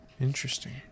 Interesting